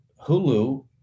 hulu